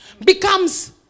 becomes